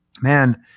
man